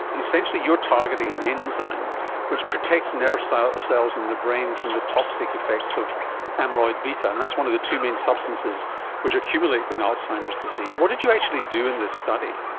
essentially you are targeting an enzyme which protects nerve so cells in the brain from the toxic effects of amyloid beta and that's one of the two main substances which accumulate in alzheimer's disease. what did you actually do in this study?